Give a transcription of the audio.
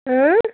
اۭں